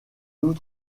nous